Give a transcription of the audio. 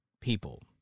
people